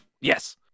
Yes